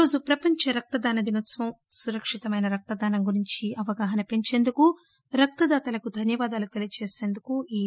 ఈ రోజు ప్రపంచ రక్తదాన దినోత్సవం సురక్షితమైన రక్తదానం గురించి అవగాహన పెంచేందుకు రక్తదాతలకు ధన్యవాదాలు తెలియచేసేందుకు ఈ రోజు జరుపుకుంటారు